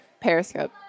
Periscope